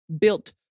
built